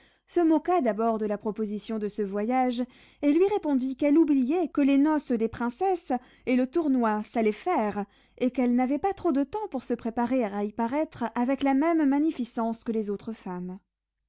se moqua d'abord de la proposition de ce voyage et lui répondit qu'elle oubliait que les noces des princesses et le tournoi s'allaient faire et qu'elle n'avait pas trop de temps pour se préparer à y paraître avec la même magnificence que les autres femmes